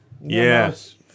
yes